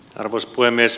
arvoisa puhemies